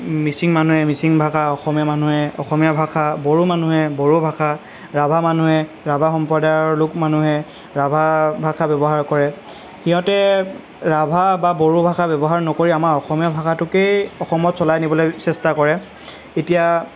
মিচিং মানুহে মিচিং ভাষা অসমীয়া মানুহে অসমীয়া ভাষা বড়ো মানুহে বড়ো ভাষা ৰাভা মানুহে ৰাভা সম্প্ৰদায়ৰ লোক মানুহে ৰাভা ভাষা ব্যৱহাৰ কৰে সিহঁতে ৰাভা বা বড়ো ভাষা ব্যৱহাৰ নকৰি আমাৰ অসমীয়া ভাষাটোকেই অসমত চলাই নিবলৈ চেষ্টা কৰে এতিয়া